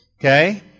Okay